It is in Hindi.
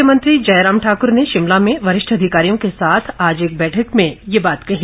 मुख्यमंत्री जयराम ठाक्र ने शिमला में वरिष्ठ अधिकारियों के साथ आज एक बेठक में ये बात कही